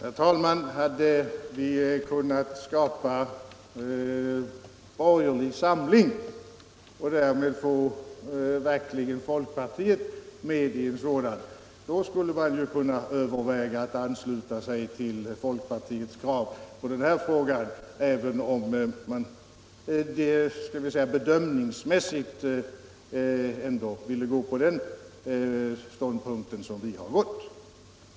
Herr talman! Hade man kunnat skapa borgerlig samling och därmed verkligen få folkpartiet med i en sådan, då skulle vi ju ha kunnat överväga att ansluta oss till folkpartiets krav i den här frågan, även om vi bedömningsmässigt ändå ville hävda den ståndpunkt som vi har valt.